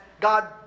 God